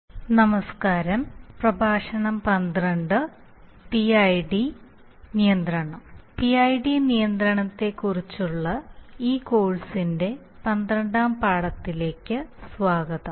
അടയാളവാക്കുകൾ actuator PID controller frequency noise നിയന്ത്രണം position form PID നിയന്ത്രണത്തെക്കുറിച്ചുള്ള ഈ കോഴ്സിന്റെ 12 ാം പാഠത്തിലേക്ക് സ്വാഗതം